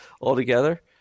altogether